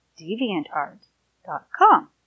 DeviantArt.com